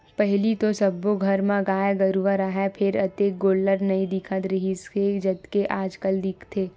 पहिली तो सब्बो घर म गाय गरूवा राहय फेर अतेक गोल्लर नइ दिखत रिहिस हे जतेक आजकल दिखथे